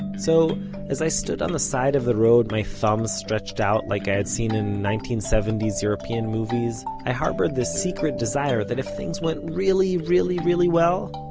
so as i stood on the side of the road, my thumb stretched out like i had seen in nineteen seventy s european movies, i harbored this secret desire that if things went really really really well,